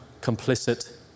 complicit